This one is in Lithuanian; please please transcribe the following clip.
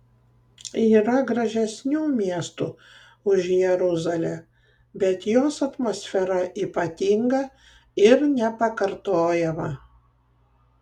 yra gražesnių miestų už jeruzalę bet jos atmosfera ypatinga ir nepakartojama